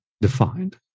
defined